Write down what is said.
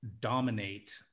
dominate